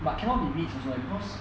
but cannot be reached also leh because